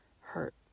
hurt